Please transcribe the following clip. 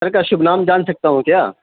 آپ کا شُبھ نام جان سکتا ہوں کیا